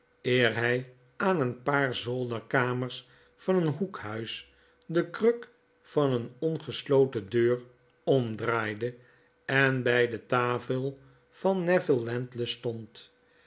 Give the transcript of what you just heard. eer hy aan een paar zolderkamers van een hoekhuis de kruk van een ongesloten deur omdraaide en bij de tafel van neville landless stond